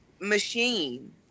machine